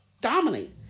dominate